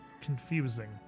confusing